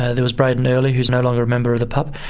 ah there was braedon earley, who's no longer a member of the pup,